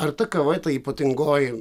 ar ta kava ta ypatingoji